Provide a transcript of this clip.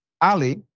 Ali